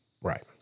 Right